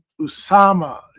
Usama